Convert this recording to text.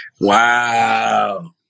Wow